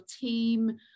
team